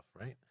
right